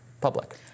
public